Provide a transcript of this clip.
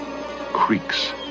creaks